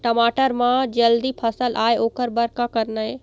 टमाटर म जल्दी फल आय ओकर बर का करना ये?